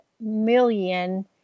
million